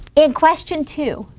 in question two,